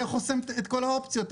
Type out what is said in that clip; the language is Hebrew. זה חוסם אופציות.